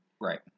right